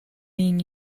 mean